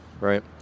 right